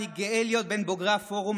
אני גאה להיות בין בוגרי הפורום,